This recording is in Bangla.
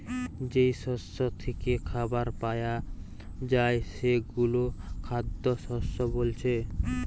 যেই শস্য থিকে খাবার পায়া যায় সেগুলো খাদ্যশস্য বোলছে